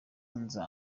nza